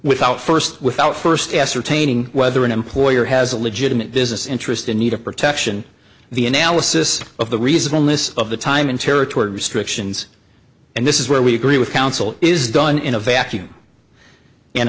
without first without first ascertaining whether an employer has a legitimate business interest in need of protection the analysis of the reason a list of the time and territory restrictions and this is where we agree with counsel is done in a vacuum and